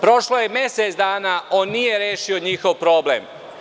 Prošlo je mesec dana on nije rešio njihov problem.